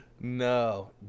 No